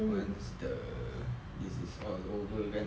once the this is all over kan